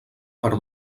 per